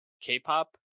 k-pop